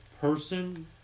person